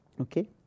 Okay